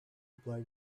play